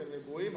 אתם נגועים,